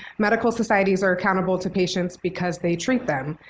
medical societies are accountable to patients because they treat them.